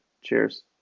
Cheers